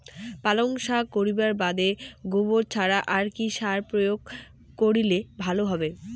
পালং শাক করিবার বাদে গোবর ছাড়া আর কি সার প্রয়োগ করিলে ভালো হবে?